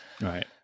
Right